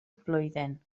blwyddyn